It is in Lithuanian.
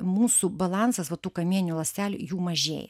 mūsų balansas va tų kamieninių ląstelių jų mažėja